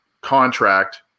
contract